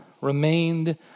remained